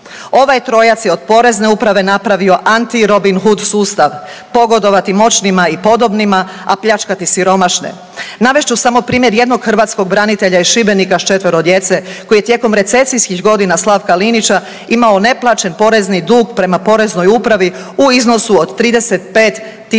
Ovaj trojac je od Porezne uprave napravio antirobinhud sustav, pogodovati moćnima i podobnima, a pljačkati siromašne. Navest ću samo primjer jednog hrvatskog branitelja iz Šibenika s četvero djece koji je tijekom recesijskih godina Slavka Linića imao neplaćen porezni dug prema Poreznoj upravi u iznosu od 35